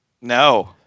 No